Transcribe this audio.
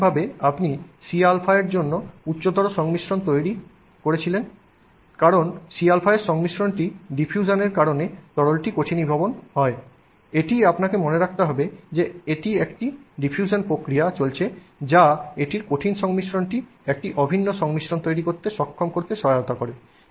প্রাথমিকভাবে আপনি Cαর জন্য উচ্চতর সংমিশ্রণ তৈরি করেছিলেন কারণ Cαর সংমিশ্রণটি ডিফিউশন এর কারণে তরলটি কঠিনীভবন হয় এটিই আপনাকে মনে রাখতে হবে যে একটি ডিফিউশন প্রক্রিয়া চলছে যা এটির কঠিন সংমিশ্রণটি একটি অভিন্ন সংমিশ্রণ তৈরি করতে সক্ষম করতে সহায়তা করে